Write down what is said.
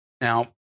Now